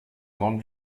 grande